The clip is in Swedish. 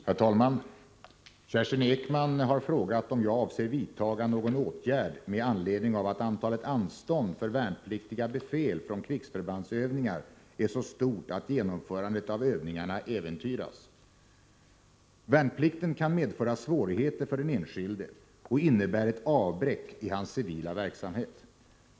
Herr talman! Kerstin Ekman har frågat mig om jag avser vidta någon åtgärd med anledning av att antalet anstånd för värnpliktiga befäl från krigsförbandsövningar är så stort att genomförandet av övningarna äventyras. Värnplikten kan medföra svårigheter för den enskilde och innebär ett avbräck i hans civila verksamhet.